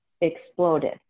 exploded